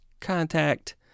contact